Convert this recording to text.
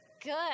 Good